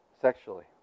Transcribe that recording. sexually